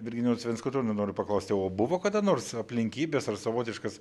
virginijaus venskutonio noriu paklausti o buvo kada nors aplinkybės ar savotiškas